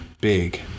big